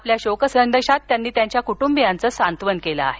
आपल्या शोकसंदेशात त्यांनी त्यांच्या कुटुंबियांच सात्वन केलं आहे